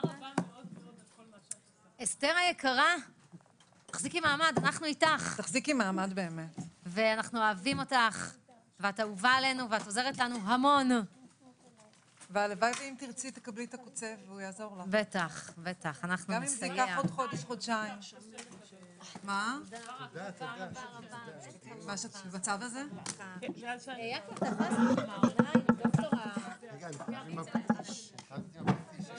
14:49.